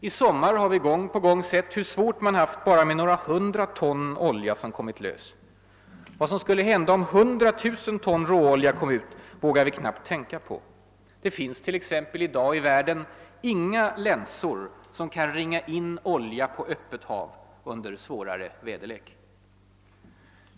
I sommar har vi gång på gång sett hur svårt man haft med bara några hundra ton olja som kommit lös. Vad som skulle kunna hända om 100 000 ton råolja kom ut vågar vi knappt tänka på. Det finns t.ex. inga länsor i världen i dag som kan ringa in olja på öppet hav under svårare väderlek.